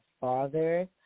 father